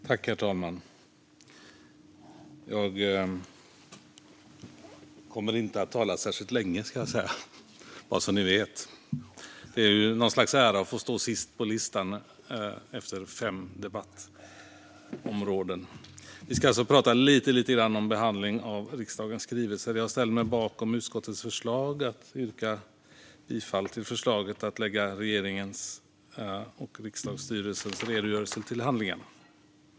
Herr talman! Jag kommer inte att tala särskilt länge - bara så att ni vet. Det är ju något slags ära att få stå sist på listan efter fem debattområden. Vi ska alltså prata lite om behandlingen av riksdagens skrivelser. Jag ställer mig bakom utskottets förslag och yrkar bifall till förslaget att lägga regeringens skrivelse och riksdagsstyrelsens redogörelse till handlingarna.